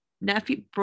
nephew